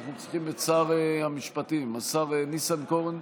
אנחנו צריכים את שר המשפטים, השר אבי ניסנקורן.